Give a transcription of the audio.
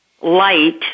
light